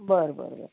बरं बरं बरं